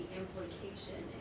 implication